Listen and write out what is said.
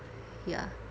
ya